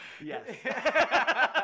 Yes